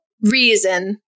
reason